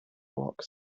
block